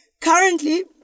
Currently